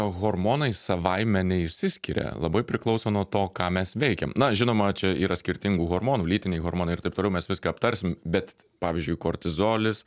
hormonai savaime neišsiskiria labai priklauso nuo to ką mes veikiam na žinoma čia yra skirtingų hormonų lytiniai hormonai ir taip toliau mes viską aptarsim bet pavyzdžiui kortizolis